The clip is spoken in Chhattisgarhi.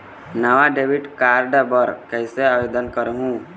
नावा डेबिट कार्ड बर कैसे आवेदन करहूं?